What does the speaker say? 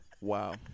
Wow